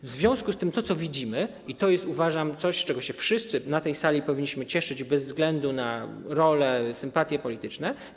W związku z tym to, co widzimy, i to jest, uważam coś, z czego wszyscy na tej sali powinniśmy się cieszyć bez względu na rolę czy sympatie polityczne.